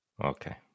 Okay